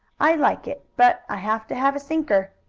i like it, but i have to have a sinker.